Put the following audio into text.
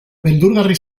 beldurgarri